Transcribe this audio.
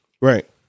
Right